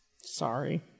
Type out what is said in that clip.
Sorry